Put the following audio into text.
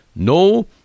No